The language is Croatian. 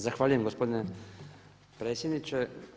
Zahvaljujem gospodine predsjedniče.